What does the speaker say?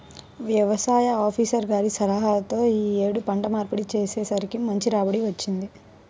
యవసాయ ఆపీసర్ గారి సలహాతో యీ యేడు పంట మార్పిడి చేసేసరికి మంచి రాబడి వచ్చింది